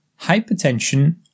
hypertension